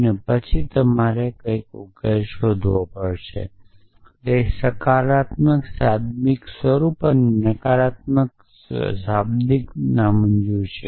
અને પછી તમારે કંઈક ઉકેલ શોધવો પડશે અને તે સકારાત્મક શાબ્દિક અને નકારાત્મક નકારાત્મક શાબ્દિક નામંજૂર છે